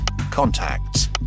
contacts